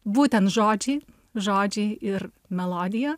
būtent žodžiai žodžiai ir melodija